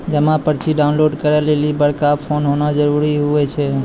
जमा पर्ची डाउनलोड करे लेली बड़का फोन होना जरूरी हुवै छै